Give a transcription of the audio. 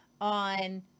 on